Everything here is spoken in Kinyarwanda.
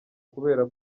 kubera